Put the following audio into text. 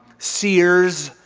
seers.